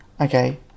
Okay